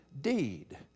deed